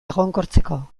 egonkortzeko